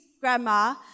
grandma